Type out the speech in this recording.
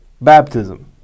baptism